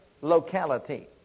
locality